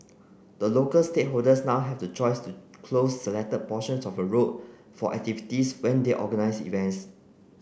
the local stakeholders now have the choice to close selected portions of road for activities when they organise events